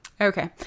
Okay